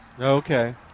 Okay